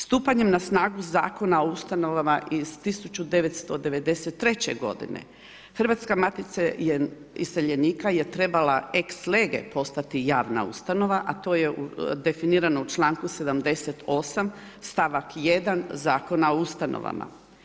Stupanjem na snagu Zakona o ustanovama iz 1993. godine Hrvatska matica iseljenika je trebala ex lege postati javna ustanova, a to je definirano u članku 78. stavak 1. Zakona o ustanovama.